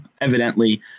evidently